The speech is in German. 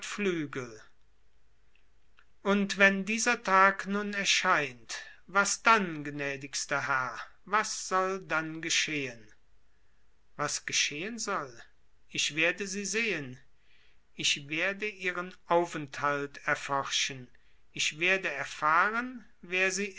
flügel und wenn dieser tag nun erscheint was dann gnädigster herr was soll dann geschehen was geschehen soll ich werde sie sehen ich werde ihren aufenthalt erforschen ich werde erfahren wer sie